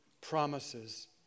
promises